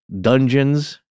dungeons